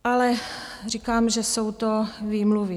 Ale říkám, že jsou to výmluvy.